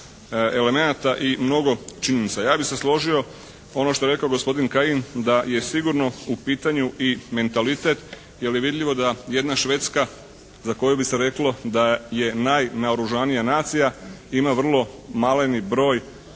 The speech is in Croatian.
elemenata i mnogo činjenica. Ja bi se složio ono što je rekao gospodin Kajin da je sigurno u pitanju i mentalitet jer je vidljivo da jedna Švedska za koju bi se reklo da je najnaoružanija nacija ima vrlo maleni broj